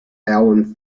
alan